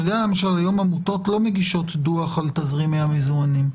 היום למשל עמותות לא מגישות דוח על תזרים מזומנים.